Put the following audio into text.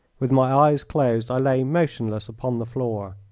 with my eyes closed i lay motionless upon the floor.